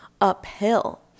uphill